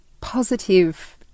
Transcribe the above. positive